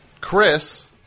Chris